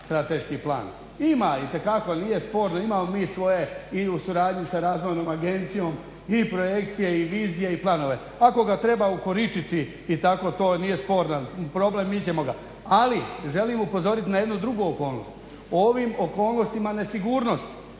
Ima itekako, nije sporno, imamo mi svoje i u suradnji sa Razvojnom agencijom i projekcije i vizije i planove. Ako ga treba ukoričiti i tako to nije sporan problem, mi ćemo ga. Ali želim upozorit na jednu drugu okolnost, ovim okolnostima nesigurnost,